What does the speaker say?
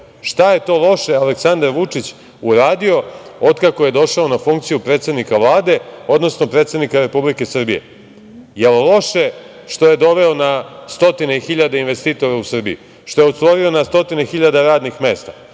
je to loše Aleksandar Vučić uradio, od kako je došao na funkciju predsednika Vlade, odnosno predsednika Republike Srbije. Jel loše što je doveo na stotine hiljade investitora u Srbiji, što je otvorio na stotine hiljade radnih mesta,